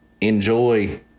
enjoy